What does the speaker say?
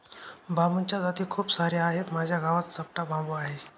बांबूच्या जाती खूप सार्या आहेत, माझ्या गावात चपटा बांबू आहे